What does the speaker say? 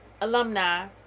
alumni